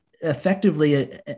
effectively